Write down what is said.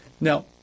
Now